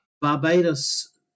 Barbados